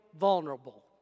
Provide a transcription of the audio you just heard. vulnerable